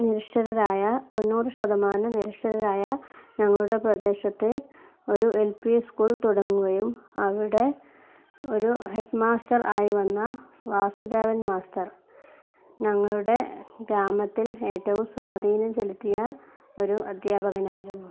നിരക്ഷരരായ തൊണ്ണൂറ് ശതമാനം നിരക്ഷരരായ ഞങ്ങളുടെ പ്രദേശത്ത് ഒരു എൽ പി സ്കൂൾ തുടങ്ങുകയും അവിടെ ഒരു ഹെഡ് മാസ്റ്റർ ആയി വന്ന വാസുദേവൻ മാസ്റ്റർ ഞങ്ങളുടെ ഗ്രാമത്തിൽ ഏറ്റവും സ്വാധീനം ചെലുത്തിയ ഒരു അദ്ധ്യാപകനായിരുന്നു